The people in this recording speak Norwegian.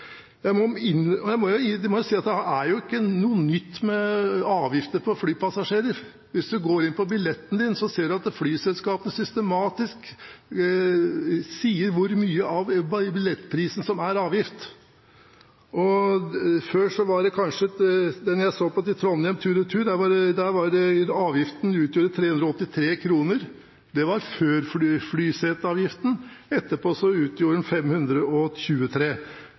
Jeg må si at det med avgifter på flypassasjerer ikke er noe nytt. Hvis man går inn på billetten sin, ser man at flyselskapene systematisk forteller hvor mye av billettprisen som er avgift. Jeg så på en billett tur-retur Trondheim, der utgjorde avgifter 383 kr. Det var før flyseteavgiften. Etterpå utgjorde avgifter 523 kr. Men de greide likevel å presse prisen ned. Det er billigere å fly etter at avgiften ble innført, enn før. Det